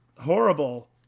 horrible